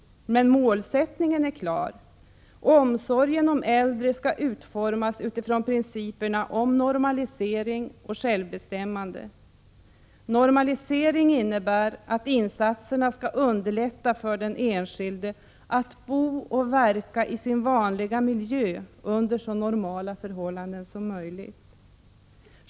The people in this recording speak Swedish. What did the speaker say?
Men målsättningen är klar — omsorgen om äldre skall utformas utifrån principerna om normalisering och självbestämmande. Normalisering innebär att insatserna skall underlätta för den enskilde att bo och verka i sin vanliga miljö under så normala förhållanden som möjligt.